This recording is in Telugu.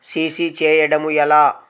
సి.సి చేయడము ఎలా?